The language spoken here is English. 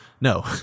No